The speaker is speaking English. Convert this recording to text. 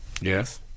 Yes